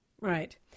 Right